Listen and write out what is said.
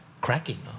Cracking